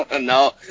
no